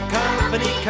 company